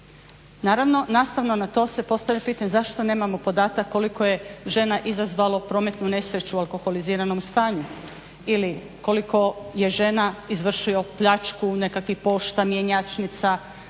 Naravno, nastavno na to se postavlja pitanje zašto nemamo podatak koliko je žena izazvalo prometnu nesreću u alkoholiziranom stanju ili koliko je žena izvršilo pljačku nekakvih pošta, mjenjačnica,